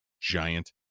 giant